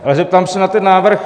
Ale zeptám se na ten návrh.